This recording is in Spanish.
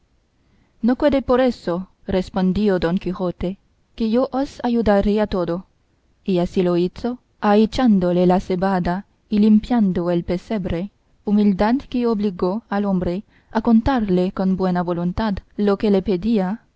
no quede por eso respondió don quijote que yo os ayudaré a todo y así lo hizo ahechándole la cebada y limpiando el pesebre humildad que obligó al hombre a contarle con buena voluntad lo que le pedía